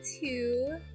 two